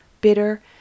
bitter